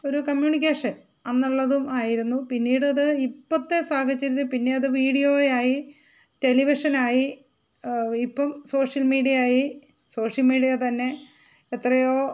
ഒരു കമ്മ്യൂണിക്കേഷന് അന്നുള്ളതും ആയിരുന്നു പിന്നീട് അത് ഇപ്പോഴത്തെ സാഹചര്യത്തിൽ പിന്നെ അത് വീഡിയോ ആയി ടെലിവിഷൻ ആയി ഇപ്പം സോഷ്യൽ മീഡിയ ആയി സോഷ്യല് മീഡിയ തന്നെ എത്രയോ